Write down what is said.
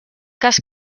cas